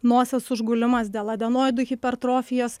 nosies užgulimas dėl adenoidų hipertrofijos